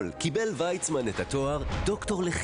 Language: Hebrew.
מכון גולדה